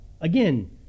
again